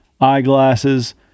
Eyeglasses